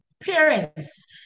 parents